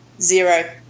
zero